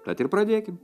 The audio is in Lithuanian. tad ir pradėkim